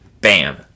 Bam